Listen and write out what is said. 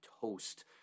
toast